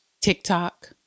tiktok